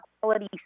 quality